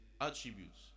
attributes